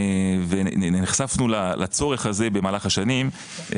ונחשפנו לצורך הזה במהלך השנים,